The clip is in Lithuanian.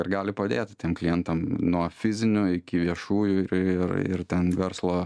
ir gali padėti tiem klientam nuo fizinių iki viešųjų ir ir ten verslą